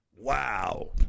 Wow